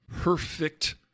perfect